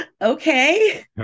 okay